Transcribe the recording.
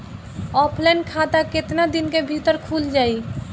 Offline खाता केतना दिन के भीतर खुल जाई?